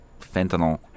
fentanyl